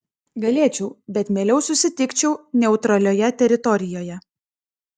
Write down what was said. galėčiau bet mieliau susitikčiau neutralioje teritorijoje